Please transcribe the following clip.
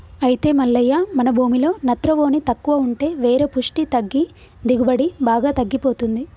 అయితే మల్లయ్య మన భూమిలో నత్రవోని తక్కువ ఉంటే వేరు పుష్టి తగ్గి దిగుబడి బాగా తగ్గిపోతుంది